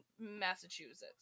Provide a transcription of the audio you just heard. Massachusetts